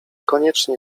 koniecznie